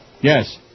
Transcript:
Yes